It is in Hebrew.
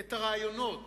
את הרעיונות,